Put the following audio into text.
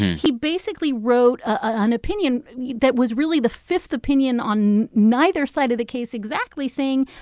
he basically wrote ah an opinion that was really the fifth opinion on neither side of the case exactly saying,